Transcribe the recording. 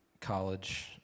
college